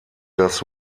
das